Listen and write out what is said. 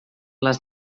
les